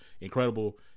incredible